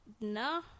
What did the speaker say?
No